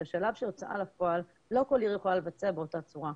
את השלב של הוצאה לפועל לא כל עיר יכולה לבצע באותה צורה.